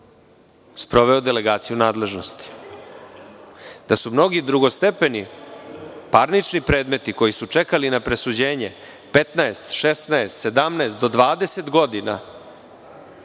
sproveo delegaciju nadležnosti, da su mnogi drugostepeni parnični predmeti koji su čekali na presuđenje 15,16,17 do 20 godina